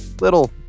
little